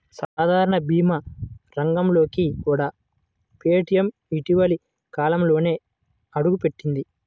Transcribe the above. సాధారణ భీమా రంగంలోకి కూడా పేటీఎం ఇటీవలి కాలంలోనే అడుగుపెట్టింది